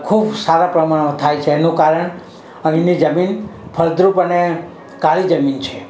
ખૂબ સારા પ્રમાણમાં થાય છે એનું કારણ અહીંની જમીન ફળદ્રુપ અને કાળી જમીન છે